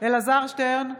אלעזר שטרן,